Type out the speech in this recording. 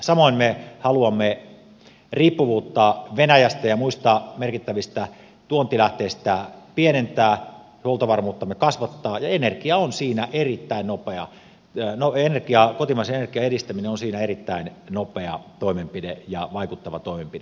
samoin me haluamme riippuvuutta venäjästä ja muista merkittävistä tuontilähteistä pienentää huoltovarmuuttamme kasvattaa ja kotimaisen energian edistäminen on siinä erittäin nopea ja nauriin ja otimme säkeistön osin erittäin nopea toimenpide ja vaikuttava toimenpide